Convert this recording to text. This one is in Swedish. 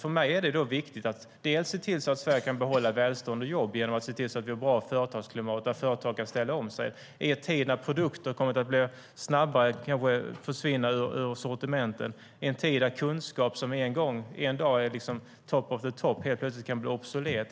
För mig är det då viktigt att se till att Sverige kan behålla välstånd och jobb genom att vi har bra företagsklimat och att företag kan ställa om sig i en tid när produkter snabbare försvinner ur sortimenten och kunskap som ena dagen är top of the top helt plötsligt kan bli obsolet.